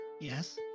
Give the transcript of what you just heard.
Yes